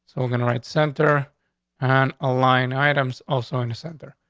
so going to right center on a line. items also in the center.